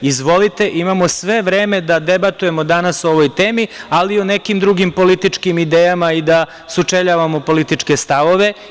Izvolite, imamo sve vreme da debatujemo danas o ovoj temi, ali i o nekim drugim političkim idejama i da sučeljavamo političke stavove.